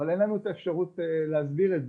אבל אין לנו את האפשרות להסביר את זה,